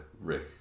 Rick